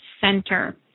center